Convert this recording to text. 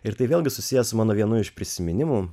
ir tai vėlgi susiję su mano vienu iš prisiminimų